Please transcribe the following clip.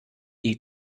die